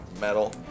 metal